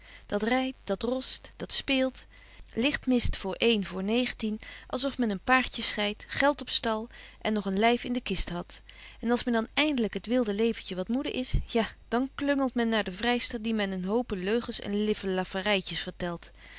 dat rydt dat rost dat speelt lichtmist voor een voor negentien als of men en paardje schyt geld op stal en nog een lyf in de kist hadt en als men dan eindelyk het wilde leventje wat moede is ja dan klungelt men naar de vryster die men een hope leugens en liflafferytjes vertelt